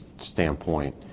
standpoint